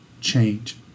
change